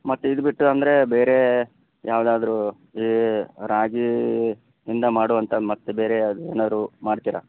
ಮತ್ತೆ ಇದು ಬಿಟ್ಟು ಅಂದರೆ ಬೇರೆ ಯಾವುದಾದರೂ ಈ ರಾಗಿಯಿಂದ ಮಾಡೋವಂಥ ಮತ್ತೆ ಬೇರೆ ಏನಾದರೂ ಮಾಡ್ತೀರಾ